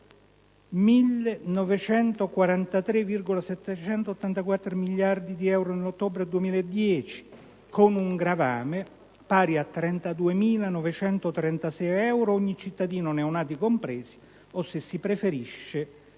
1.943,784 miliardi di euro, con un gravame pari a 32.936 euro per ogni cittadino, neonati compresi o, se si preferisce,